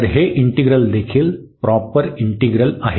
तर हे इंटिग्रल देखील प्रॉपर इंटिग्रल आहे